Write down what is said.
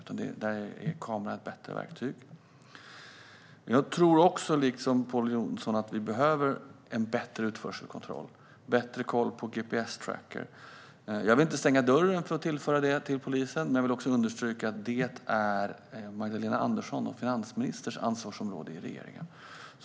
Där är kameran ett bättre verktyg. Jag tror liksom Pål Jonson att vi behöver en bättre utförselkontroll och en bättre koll på gps-trackers. Jag vill inte stänga dörren för att tillföra det till polisen. Men jag vill understryka att det är finansminister Magdalena Anderssons ansvarsområde i regeringen.